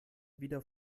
wieder